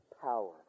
power